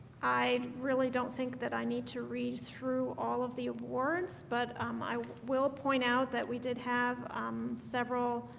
i really don't think that i need to read through all of the awards, but um i will point out that we did have um several